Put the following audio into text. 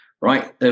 right